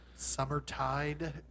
Summertide